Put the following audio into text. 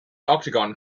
octagon